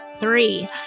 three